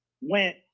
went